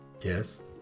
yes